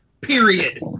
period